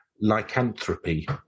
lycanthropy